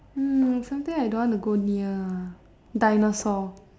oh something I don't want to go near ah dinosaur